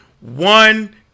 one